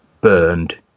burned